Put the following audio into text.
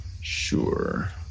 Sure